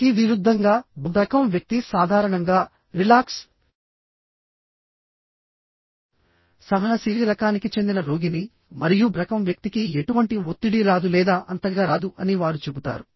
దీనికి విరుద్ధంగా B రకం వ్యక్తి సాధారణంగా రిలాక్స్డ్ సహనశీలి రకానికి చెందిన రోగిని మరియు B రకం వ్యక్తికి ఎటువంటి ఒత్తిడి రాదు లేదా అంతగా రాదు అని వారు చెబుతారు